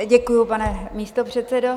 Děkuji, pane místopředsedo.